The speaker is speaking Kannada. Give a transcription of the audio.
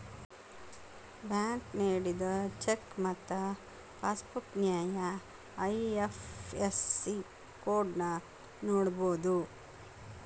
ಬ್ಯಾಂಕ್ ನೇಡಿದ ಚೆಕ್ ಮತ್ತ ಪಾಸ್ಬುಕ್ ನ್ಯಾಯ ಐ.ಎಫ್.ಎಸ್.ಸಿ ಕೋಡ್ನ ನೋಡಬೋದು